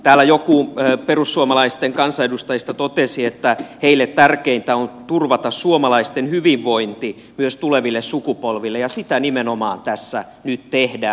täällä joku perussuomalaisten kansanedustajista totesi että heille tärkeintä on turvata suomalaisten hyvinvointi myös tuleville sukupolville ja sitä nimenomaan tässä nyt tehdään